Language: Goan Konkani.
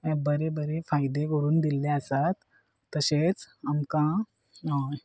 बरे बरे फायदे करून दिल्ले आसात तशेंच आमकां